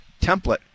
template